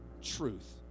truth